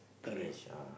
finish ah